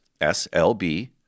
S-L-B